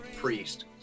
Priest